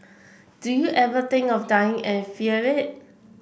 do you ever think of dying and fear it